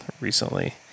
recently